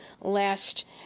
last